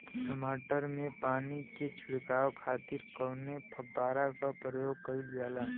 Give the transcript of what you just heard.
टमाटर में पानी के छिड़काव खातिर कवने फव्वारा का प्रयोग कईल जाला?